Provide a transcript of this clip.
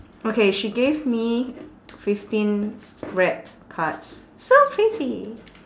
okay she gave me fifteen red cards so pretty